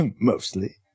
Mostly